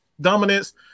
dominance